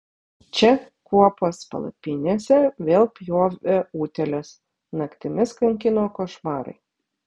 čia kuopos palapinėse vėl pjovė utėlės naktimis kankino košmarai